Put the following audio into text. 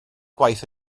gwaith